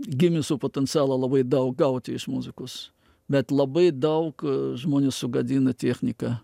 gimė su potencialo labai daug gauti iš muzikos bet labai daug žmonių sugadina technika